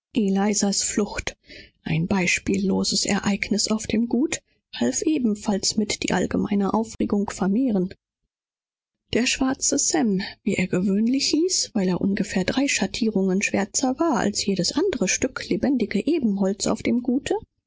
flucht ein ganz unerhörter fall auf dem gute noch dazu bei die allgemeine aufregung zu erhöhen der schwarze sam wie er gewöhnlich genannt wurde weil seine haut ungefähr um drei schatten schwärzer war als die seiner andern ebenholzfarbigen brüder auf dem gute